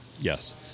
Yes